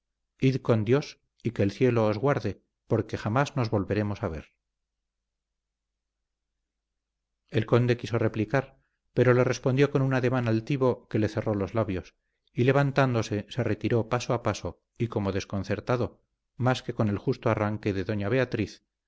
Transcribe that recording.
id con dios y que el cielo os guarde porque jamás nos volveremos a ver el conde quiso replicar pero le despidió con un ademán altivo que le cerró los labios y levantándose se retiró paso a paso y como desconcertado más que con el justo arranque de doña beatriz